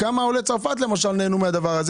למשל כמה עולי צרפת נהנו מן הדבר הזה